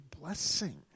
blessing